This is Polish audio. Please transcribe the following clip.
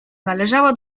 należała